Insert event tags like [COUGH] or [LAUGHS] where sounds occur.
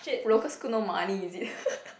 local school no money is it [LAUGHS]